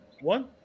one